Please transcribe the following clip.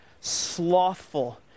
slothful